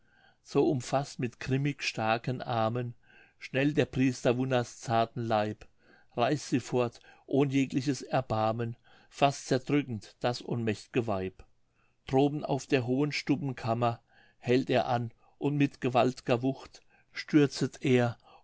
so umfaßt mit grimmig starken armen schnell der priester wunna's zarten leib reißt sie fort ohn jegliches erbarmen fast zerdrückend das ohnmächt'ge weib droben auf der hohen stubbenkammer hält er an und mit gewalt'ger wucht stürzet er